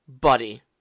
Buddy